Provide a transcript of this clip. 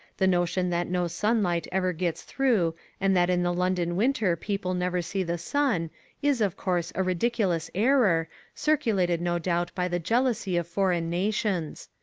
the notion that no sunlight ever gets through and that in the london winter people never see the sun is of course a ridiculous error, circulated no doubt by the jealousy of foreign nations.